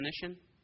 definition